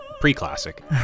pre-classic